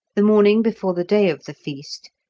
the morning before the day of the feast,